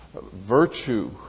virtue